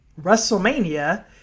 WrestleMania